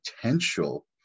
potential